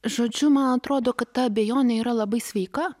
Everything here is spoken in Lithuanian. žodžiu man atrodo kad ta abejonė yra labai sveika